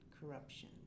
corruption